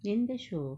எந்த:endtha show